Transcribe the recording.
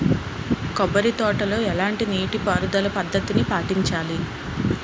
కొబ్బరి తోటలో ఎలాంటి నీటి పారుదల పద్ధతిని పాటించాలి?